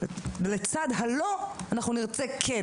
לצד ה"לא", אנחנו נרצה "כן".